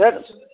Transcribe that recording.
sir